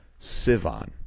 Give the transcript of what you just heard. Sivan